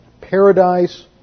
paradise